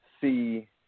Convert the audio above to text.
see